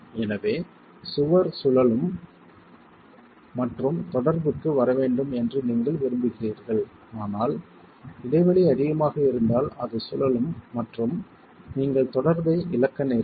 எனவே சுவர் சுழலும் மற்றும் தொடர்புக்கு வர வேண்டும் என்று நீங்கள் விரும்புகிறீர்கள் ஆனால் இடைவெளி அதிகமாக இருந்தால் அது சுழலும் மற்றும் நீங்கள் தொடர்பை இழக்க நேரிடும்